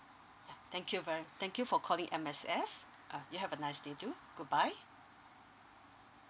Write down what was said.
ya thank you very thank you for calling M_S_F uh you have a nice too goodbye